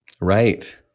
Right